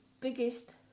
biggest